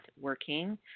working